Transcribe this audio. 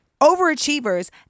overachievers